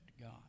God